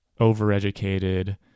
overeducated